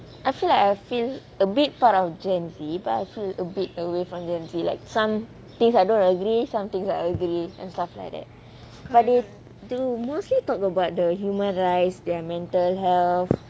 I feel like I feel a bit part of generation Z but I feel a bit away from generation Z like some things I don't agree some things I agree and stuff like that but if they will mostly talk about the human rights their mental health